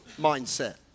mindset